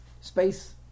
space